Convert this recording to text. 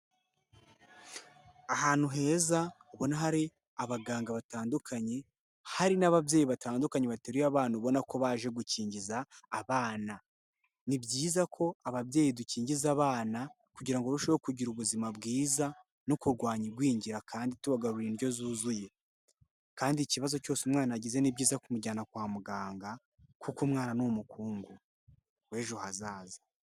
Ahantu heza ubona hari abaganga batandukanye. Hari n'ababyeyi batandukanye bateruye abana ubona ko baje gukingiza abana. Ni byiza ko ababyeyi dukingiza abana kugira ngo barusheho kugira ubuzima bwiza no kurwanya igwingira kandi tubagaburira indyo zuzuye. Kandi ikibazo cyose umwana agize ni byiza kumujyana kwa muganga, kuko umwana ni umukungu w'ejo hazaza.